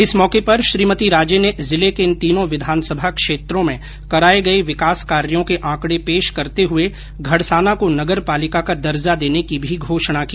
इस मौके पर श्रीमती राजे ने जिले के इन तीनों विधानसभा क्षेत्रों में कराए गए विकास कार्यों के आंकड़े पेश करते हुए घड़साना को नगर पालिका का दर्जा देने की भी घोषणा की